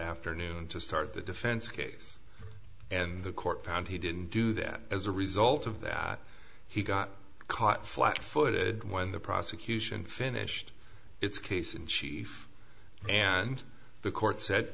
afternoon to start the defense case and the court found he didn't do that as a result of that he got caught flat footed when the prosecution finished its case in chief and the court said